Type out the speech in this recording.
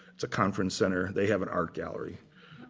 it's a conference center. they have an art gallery,